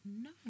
No